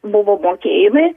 buvo mokėjimai